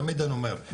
תמיד אני אומר,